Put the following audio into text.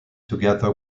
together